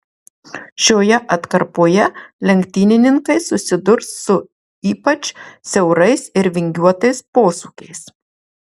šioje atkarpoje lenktynininkai susidurs su ypač siaurais ir vingiuotais posūkiais